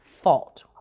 fault